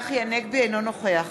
אינו נוכח